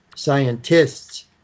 Scientists